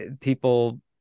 people